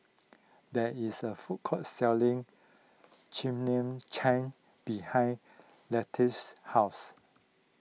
there is a food court selling Chimichangas behind Leatrice's house